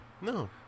No